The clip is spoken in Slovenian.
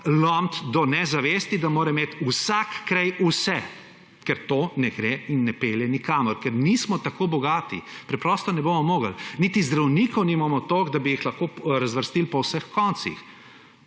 lomiti do nezavesti, da mora imeti vsaj kraj vse, ker to ne gre in ne pelje nikamor, ker nismo tako bogati, preprosto ne bomo mogli. Niti zdravnikov nimamo toliko, da bi jih lahko razvrstili po vseh koncih.